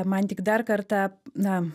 man tik dar kartą na